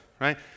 right